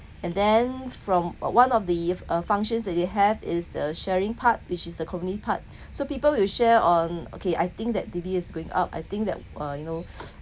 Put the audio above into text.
and then from one of the uh functions that they have is the sharing part which is the community part so people will share on okay I think that D_B_S is going up I think that uh you know